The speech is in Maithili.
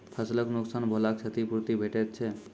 फसलक नुकसान भेलाक क्षतिपूर्ति भेटैत छै?